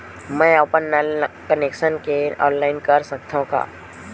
मैं अपन नल कनेक्शन के ऑनलाइन कर सकथव का?